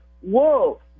whoa